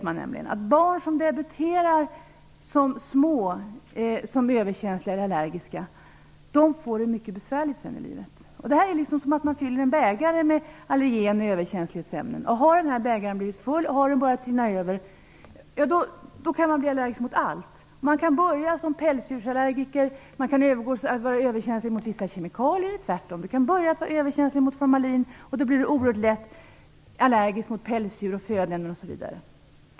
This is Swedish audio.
Man vet att barn som är överkänsliga och allergiska och debuterar som små, får det mycket besvärligt senare i livet. Det är som att fylla en bägare med allergen och överkänslighetsämnen. Har bägaren blivit full och börjat rinna över kan man bli allergisk mot allt. Man kan börja som pälsdjursallergiker och övergå till att vara överkänslig mot vissa kemikalier. Och man kan tvärtom börja med att vara överkänslig mot formalin, och sedan kan man oerhört lätt bli allergisk mot pälsdjur, födoämnen osv.